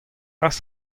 kas